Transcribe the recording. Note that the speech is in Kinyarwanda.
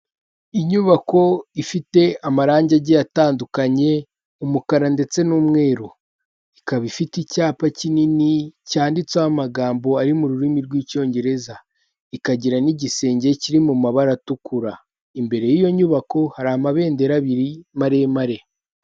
Inyubako ifite amarangi agiye atandukanye umukara ndetse n'umweru, ikaba ifite icyapa kinini cyanditseho amagambo ari mu rurimi rw'icyongereza, ikagira n'igisenge kiri mu mabara atukura, imbere y'iyo nyubako hari amabendera abiri maremare.